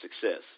success